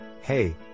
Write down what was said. hey